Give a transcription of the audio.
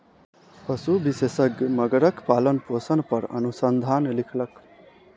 पशु विशेषज्ञ मगरक पालनपोषण पर अनुसंधान लिखलक